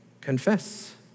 confess